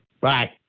Bye